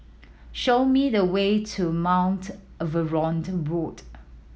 show me the way to Mount Road